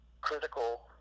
critical